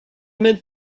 made